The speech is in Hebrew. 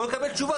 בואו נקבל תשובה.